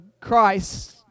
Christ